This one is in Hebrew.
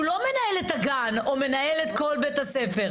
הוא לא מנהל את הגן או מנהל את כל בית הספר.